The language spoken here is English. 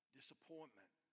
disappointment